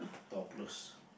topless